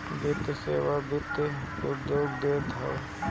वित्तीय सेवा वित्त उद्योग देत हअ